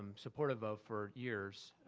um supportive of for years.